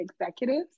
executives